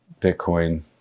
bitcoin